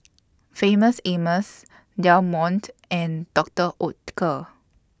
Famous Amos Del Monte and Doctor Oetker